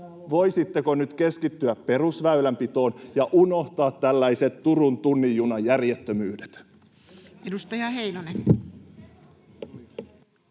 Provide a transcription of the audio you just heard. Voisitteko nyt keskittyä perusväylänpitoon ja unohtaa tällaiset Turun tunnin junan järjettömyydet? Edustaja Heinonen.